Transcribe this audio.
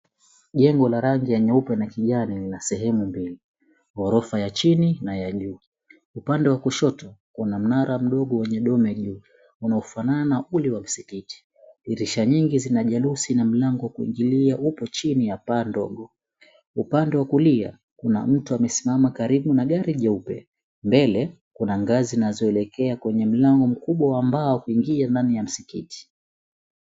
Jengo la rangi nyeupe na kijani lina sehemu mbili; ghorofa ya chini na ya juu. Upande wa kushoto kuna mnara mdogo wenye dome juu unaofanana na ule wa msikiti. Dirisha nyingi zina jelusi na mlango wa kuingilia upo chini ya paa ndogo. Upande wa kulia kuna mtu amesimama karibu na gari jeupe. Mbele kuna ngazi zinazoelekea kwenye mlango mkubwa wa mbao kuingia ndani ya msikiti.